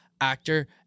actor